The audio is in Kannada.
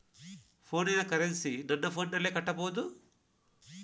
ಫೋನಿನ ಕರೆನ್ಸಿ ನನ್ನ ಫೋನಿನಲ್ಲೇ ಕಟ್ಟಬಹುದು?